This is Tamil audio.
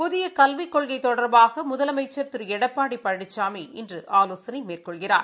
புதிய கல்விக் கொள்கை தொடர்பாக முதலமைச்சர் திரு எடப்பாடி பழனிசாமி இன்று ஆலோசனை மேற்கொள்கிறார்